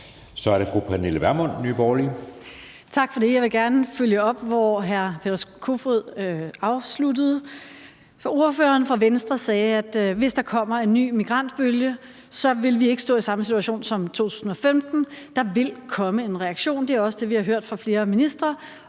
Kl. 15:10 Pernille Vermund (NB): Tak for det. Jeg vil gerne følge op, hvor hr. Peter Kofod afsluttede. Ordføreren for Venstre sagde, at hvis der kommer en ny migrantbølge, vil vi ikke stå i samme situation som i 2015. Der vil komme en reaktion, og det er også det, vi har hørt fra flere ministre